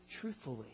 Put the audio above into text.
truthfully